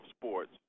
sports